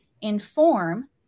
inform